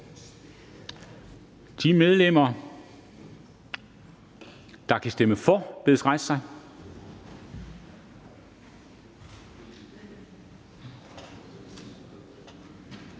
De medlemmer, der stemmer for, bedes rejse sig.